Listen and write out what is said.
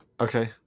Okay